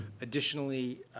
Additionally